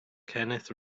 kenneth